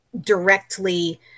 directly